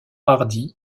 hardy